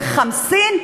בחמסין,